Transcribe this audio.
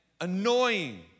annoying